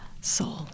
soul